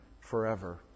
forever